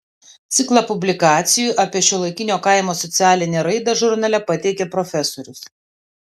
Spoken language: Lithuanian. ciklą publikacijų apie šiuolaikinio kaimo socialinę raidą žurnale pateikė profesorius